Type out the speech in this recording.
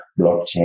blockchain